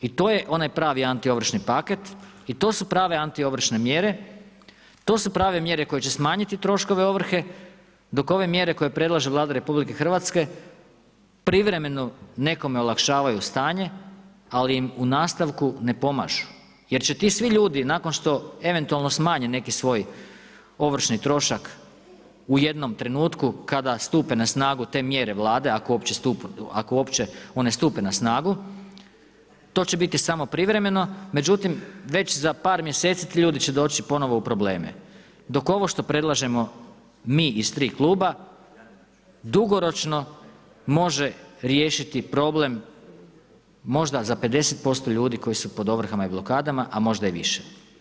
I to je onaj pravi antiovršni paket i to su prave antiovršne mjere, to su prave mjere koje će smanjiti troškove ovrhe dok ove mjere koje predlaže Vlada RH privremeno nekome olakšavaju stanje ali im u nastavku ne pomažu jer će ti svi ljudi nakon što eventualno smanje neki svoj ovršni trošak u jednom trenutku kada stupe na snagu te mjere Vlade, ako uopće one stupe na snagu, to će biti samo privremeno, međutim već za par mjeseci ti ljudi će doći ponovo u probleme, dok ovo što predlažemo mi iz 3 kluba dugoročno može riješiti problem možda za 50% ljudi koji su pod ovrhama i blokadama, a možda i više.